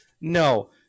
No